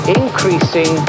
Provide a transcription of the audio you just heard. increasing